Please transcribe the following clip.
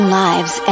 lives